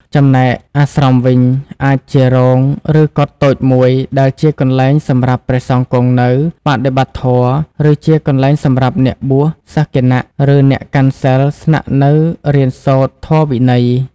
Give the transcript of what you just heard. ចំណែកអាស្រមវិញ អាចជារោង ឬកុដិតូចមួយដែលជាកន្លែងសម្រាប់ ព្រះសង្ឃគង់នៅ បដិបត្តិធម៌ ឬជាកន្លែងសម្រាប់អ្នកបួស សិស្សគណ ឬអ្នកកាន់សីលស្នាក់នៅរៀនសូត្រធម៌វិន័យ។